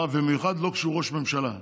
במיוחד לא כשהוא ראש ממשלה.